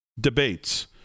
debates